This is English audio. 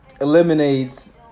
Eliminates